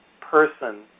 person